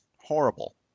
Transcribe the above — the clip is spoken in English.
horrible